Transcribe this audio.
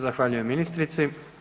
Zahvaljujem ministrici.